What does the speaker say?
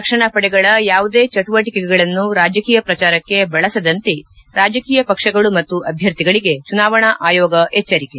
ರಕ್ಷಣಾ ಪಡೆಗಳ ಯಾವುದೇ ಚಟುವಟಕೆಗಳನ್ನು ರಾಜಕೀಯ ಪ್ರಚಾರಕ್ಷೆ ಬಳಸದಂತೆ ರಾಜಕೀಯ ಪಕ್ಷಗಳು ಮತ್ತು ಅಭ್ಯರ್ಥಿಗಳಿಗೆ ಚುನಾವಣಾ ಆಯೋಗ ಎಚ್ಚರಕೆ